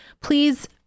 please